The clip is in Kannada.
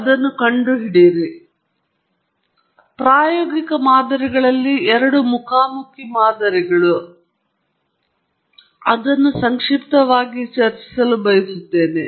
ಈಗ ಪ್ರಾಯೋಗಿಕ ಮಾದರಿಗಳಲ್ಲಿ ಎರಡು ಮುಖಾಮುಖಿ ಮಾದರಿಗಳು ಒಂದು ಎದುರಾಗಿದೆ ಮತ್ತು ನಾನು ಅದನ್ನು ಸಂಕ್ಷಿಪ್ತವಾಗಿ ಚರ್ಚಿಸಲು ಬಯಸುತ್ತೇನೆ